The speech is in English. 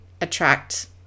attract